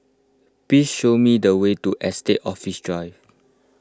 please show me the way to Estate Office Drive